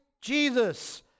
Jesus